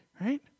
Right